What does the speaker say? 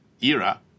era